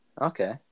okay